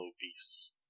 obese